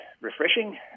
refreshing